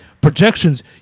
projections